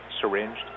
syringed